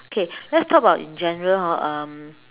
okay let's talk about in general hor um